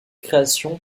création